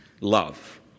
love